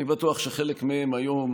אני בטוח שחלק מהם היום